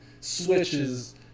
Switches